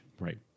Right